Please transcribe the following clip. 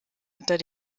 unter